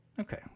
Okay